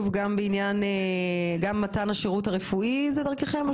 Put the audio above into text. גם מתן השירות הרפואי הוא דרככם?